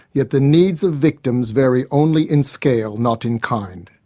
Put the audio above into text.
yet the needs of victims vary only in scale, not in kind.